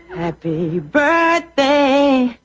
happy birthday,